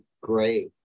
great